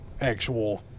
actual